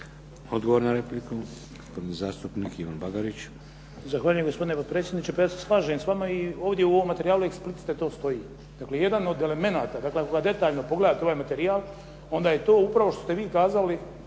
Odgovor na repliku. Gospodin zastupnik Ivan Bagarić.